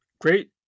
great